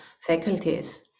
faculties